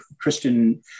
Christian